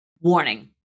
Warning